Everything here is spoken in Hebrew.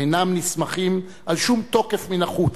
"אינם נסמכים על שום תוקף מן החוץ,